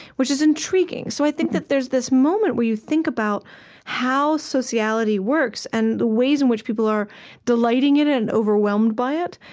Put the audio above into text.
which is intriguing so i think that there's this moment where you think about how sociality works and the ways in which people are delighting in it and overwhelmed by it,